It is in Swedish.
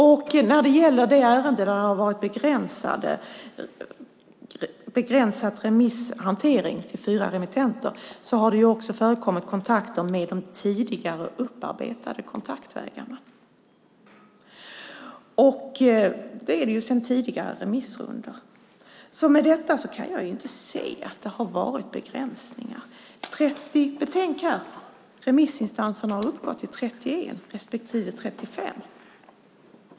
I det ärende där remisshanteringen var begränsad till fyra remittenter har det också förekommit kontakter genom tidigare upparbetade kontaktvägar, alltså sedan tidigare remissrundor. Med detta kan jag inte se att det har varit begränsningar. Betänk att remissinstansernas antal har uppgått till 31 respektive 35.